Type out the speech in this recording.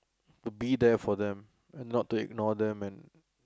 to be there for them and not to ignore them and